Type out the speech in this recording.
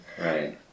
Right